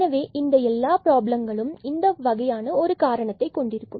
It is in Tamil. எனவே இந்த எல்லா பிராபலங்களும் இந்த வகையான ஒரு காரணத்தை கொண்டிருக்கும்